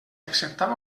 acceptava